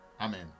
Amen